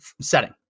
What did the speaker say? setting